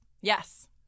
Yes